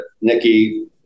Nikki